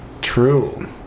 True